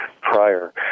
prior